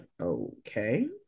okay